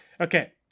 Okay